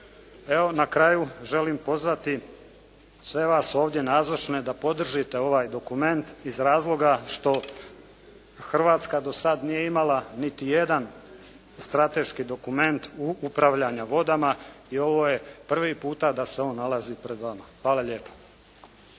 Evo, na kraju želim pozvati sve vas ovdje nazočne da podržite ovaj dokument iz razloga što Hrvatska do sada nije imala nijedan strateški dokument upravljanja vodama i ovo je prvi puta da se on nalazi pred vama. Hvala lijepa.